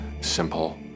simple